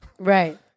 Right